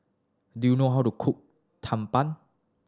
do you know how to cook tumpang